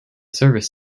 service